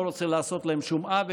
לא רוצה לעשות להם שום עוול,